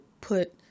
put